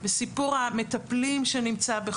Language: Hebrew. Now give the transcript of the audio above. בסיפור של המטפלים שגם יש בהם